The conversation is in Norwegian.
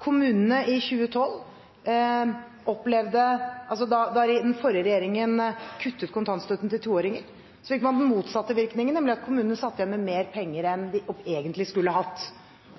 kommunene i 2012 opplevde at den forrige regjeringen kuttet kontantstøtten til toåringer, fikk man den motsatte virkningen, nemlig at kommunene satt igjen med mer penger enn de egentlig skulle hatt,